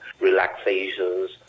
relaxations